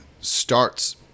starts